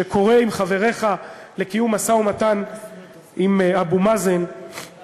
שקורא עם חבריך לקיום משא-ומתן עם אבו מאזן, ודאי.